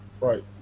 Right